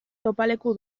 topaleku